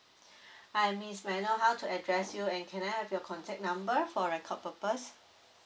hi miss may I know how to address you and can I have your contact number for record purpose